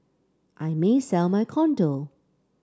I may sell my condo